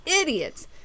idiots